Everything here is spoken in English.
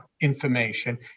information